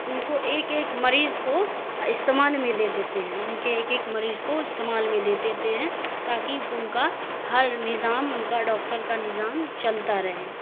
ان کو ایک ایک مریض کو استعمال میں دے دیتے ہیں ان کے ایک ایک مریض کو استعمال میں دے دیتے ہیں تاکہ ان کا ہر نظام ان کا ڈاکٹر کا نظام چلتا رہے